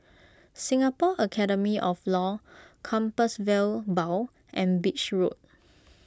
Singapore Academy of Law Compassvale Bow and Beach Road